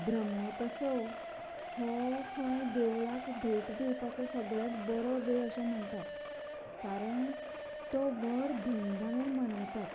ब्रह्मोत्सव हो खंय देवळाक भेट दिवपाचो सगळ्यांत बरो वेळ अशें म्हणटातात कारण तो व्हड धूम धामान मनयतात